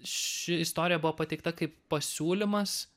ši istorija buvo pateikta kaip pasiūlymas